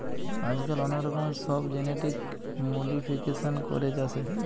আজকাল অনেক রকমের সব জেনেটিক মোডিফিকেশান করে চাষের